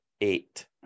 eight